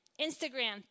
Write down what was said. Instagram